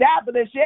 establish